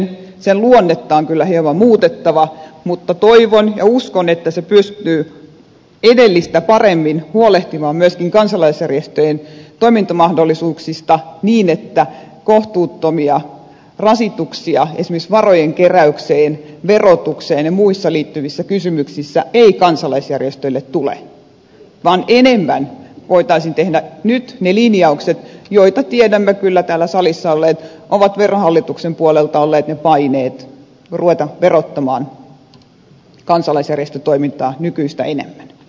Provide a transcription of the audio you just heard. sen luonnetta on kyllä hieman muutettava mutta toivon ja uskon että se pystyy edellistä paremmin huolehtimaan myöskin kansalaisjärjestöjen toimintamahdollisuuksista niin että kohtuuttomia rasituksia esimerkiksi varojen keräykseen verotukseen ja muihin liittyvissä kysymyksissä ei kansalaisjärjestöille tule vaan ennemmin voitaisiin tehdä nyt ne linjaukset joista tiedämme kyllä täällä salissa olleet mitkä ovat verohallituksen puolelta olleet ne paineet ruveta verottamaan kansalaisjärjestötoimintaa nykyistä enemmän